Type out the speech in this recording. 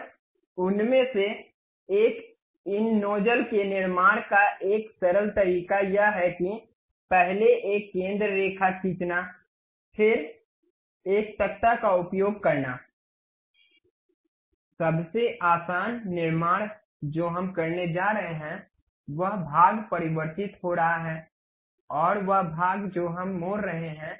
और उनमें से एक इन नोजल के निर्माण का एक सरल तरीका यह है कि पहले एक केंद्र रेखा खींचना फिर एक तख़्ता का उपयोग करना सबसे आसान निर्माण जो हम करने जा रहे हैं वह भाग परिवर्तित हो रहा है और वह भाग जो हम मोड़ रहे हैं